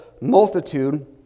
multitude